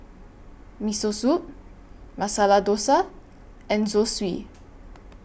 Miso Soup Masala Dosa and Zosui